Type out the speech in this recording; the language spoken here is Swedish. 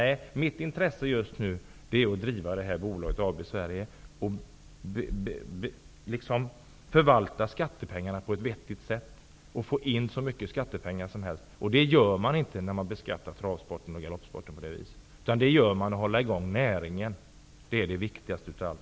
Nej, mitt intresse just nu är att driva AB Sverige och förvalta skattepengarna på ett vettigt sätt och få in så mycket skattepengar som möjligt. Det gör man inte när man beskattar travsporten och galoppsporten på detta sätt. Det gör man genom att hålla i gång näringen. Det är det viktigaste av allt.